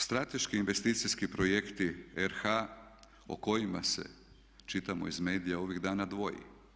Strateški investicijski projekti RH o kojima se čitamo iz medija ovih dana dvoji.